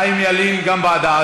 חיים ילין, גם ועדה.